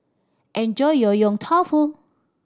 enjoy your Yong Tau Foo